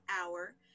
hour